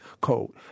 Code